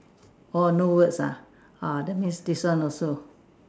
orh no words uh that means this one also